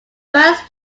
first